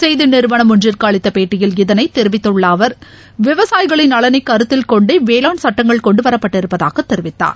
செய்தி நிறுவளம் ஒன்றுக்கு அளித்த பேட்டியில் இதனைத் தெரிவித்துள்ள அவர் விவசாயிகளின் நலனை கருத்தில் கொண்டே வேளாண் சட்டங்கள் கொண்டு வரப்பட்டிருப்பதாக தெரிவித்தார்